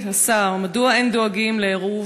-לארץ, אין במקום עירוב